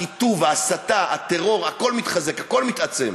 הקיטוב, ההסתה, הטרור, הכול מתחזק, הכול מתעצם.